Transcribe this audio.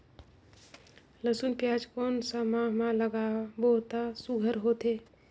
लसुन पियाज कोन सा माह म लागाबो त सुघ्घर होथे?